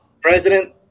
President